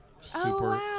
super